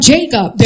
Jacob